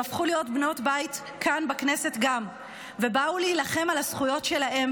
והן הפכו להיות בנות בית גם כאן בכנסת ובאו להילחם על הזכויות שלהן.